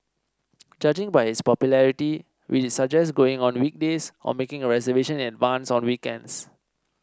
judging by its popularity we'd suggest going on weekdays or making a reservation in advance on weekends